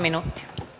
kiitos